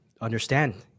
understand